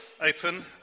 open